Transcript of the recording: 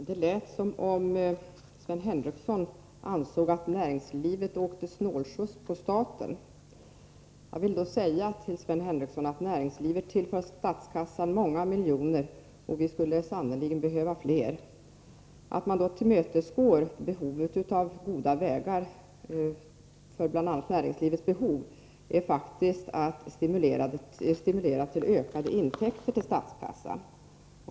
Herr talman! Det lät som om Sven Henricsson ansåg att näringslivet åker snålskjuts på staten. Jag vill då säga till honom att näringslivet tillför statskassan många miljoner, och vi skulle sannerligen behöva fler. Att man då tillmötesgår kravet på goda vägar för bl.a. näringslivets behov är faktiskt att stimulera till ökade intäkter för statskassan.